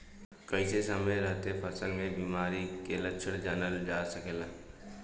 कइसे समय रहते फसल में बिमारी के लक्षण जानल जा सकेला?